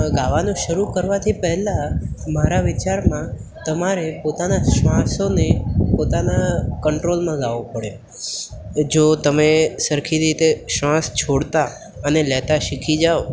ગાવાનું શરૂ કરવાથી પહેલાં મારા વિચારમાં તમારે પોતાના શ્વાસોને પોતાના કંટ્રોલમાં લાવવો પડે જો તમે સરખી રીતે શ્વાસ છોડતા અને લેતા શીખી જાઓ